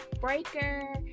breaker